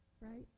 Right